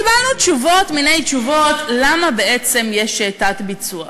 קיבלנו מיני תשובות למה בעצם יש תת-ביצוע,